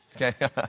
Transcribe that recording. Okay